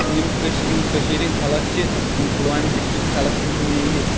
یِم کٔش یِم کٔشیٖر ہِندۍ خلق چھِ یِم پُلوامہِ ڈِسٹرکٕکۍ خَلق یِم چھِ مینلی